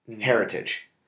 heritage